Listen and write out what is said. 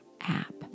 app